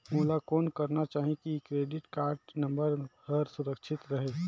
मोला कौन करना चाही की क्रेडिट कारड नम्बर हर सुरक्षित रहे?